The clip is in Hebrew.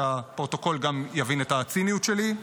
שהפרוטוקול יבין את הציניות שלי,